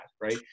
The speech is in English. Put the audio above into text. right